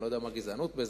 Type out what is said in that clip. אני לא יודע מה גזעני בזה.